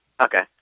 okay